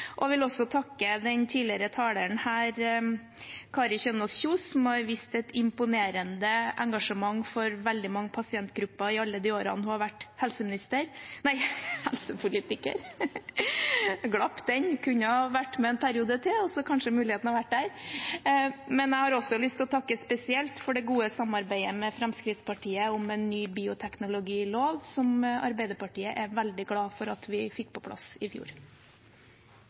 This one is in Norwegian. Jeg vil også takke den tidligere taleren Kari Kjønaas Kjos, som har vist et imponerende engasjement for veldig mange pasientgrupper i alle de årene hun har vært helseminister, nei, helsepolitiker. Det var en glipp. Hun kunne kanskje ha vært med en periode til, så hadde kanskje muligheten vært der. Jeg har også lyst til å takke spesielt for det gode samarbeidet med Fremskrittspartiet om en ny bioteknologilov, som Arbeiderpartiet er veldig glad for at vi fikk på plass i fjor.